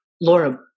Laura